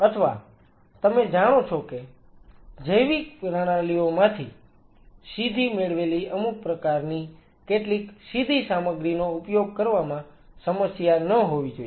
અથવા તમે જાણો છો કે જૈવિક પ્રણાલીઓમાંથી સીધી મેળવેલી અમુક પ્રકારની કેટલીક સીધી સામગ્રીનો ઉપયોગ કરવામાં સમસ્યા ન હોવી જોઈએ